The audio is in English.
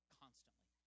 constantly